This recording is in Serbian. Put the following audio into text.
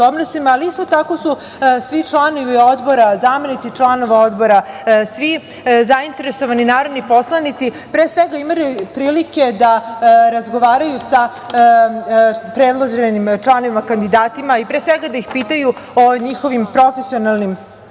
ali isto tako su svi članovi Odbora, zamenici članova Odbora, svi zainteresovani poslanici imali prilike da razgovaraju sa predloženim kandidatima i da ih pitaju o njihovim profesionalnim